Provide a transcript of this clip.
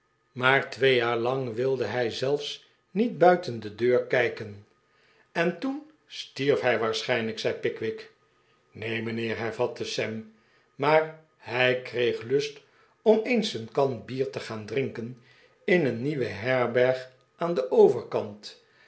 maar twee jaar lang wilde hij zelfs niet buiten de deur kijken en toen stierf hij waarschijnlijk zei pickwick neen mijnheer hervatte sam maar hij kreeg lust om eens een kan bier te gaan drinken in een nieuwe herberg aan den overkant